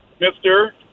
mister